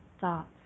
thoughts